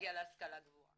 להגיע להשכלה גבוהה.